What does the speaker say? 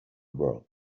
world